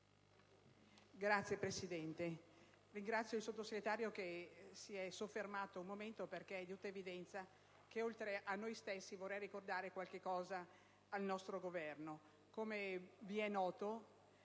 Signora Presidente, ringrazio il Sottosegretario che si è soffermato un momento, perché è di tutta evidenza che, oltre che a noi stessi, vorrei ricordare qualcosa al nostro Governo. Come è noto,